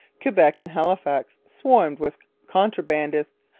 quebec and halifax swarmed with contrabandists,